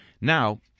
Now